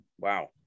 wow